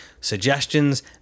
suggestions